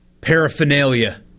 paraphernalia